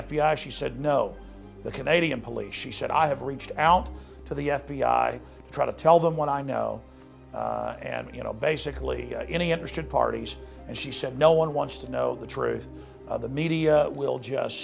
i she said no the canadian police she said i have reached out to the f b i try to tell them what i know and you know basically any interested parties and she said no one wants to know the truth of the media will just